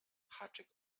haczyk